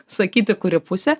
sakyti kuri pusė